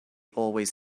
always